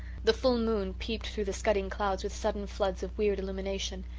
the full moon peeped through the scudding clouds with sudden floods of weird illumination,